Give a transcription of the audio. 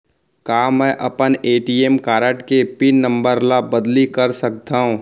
का मैं अपन ए.टी.एम कारड के पिन नम्बर ल बदली कर सकथव?